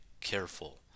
careful